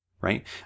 right